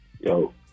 Yo